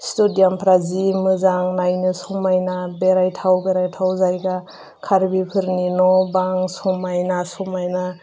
स्टेडियामफोरा जि मोजां नायनो समायना बेरायथाव बेरायथाव जायगा कार्बिफोरनि न' बां समायना समायना